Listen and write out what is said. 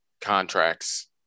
contracts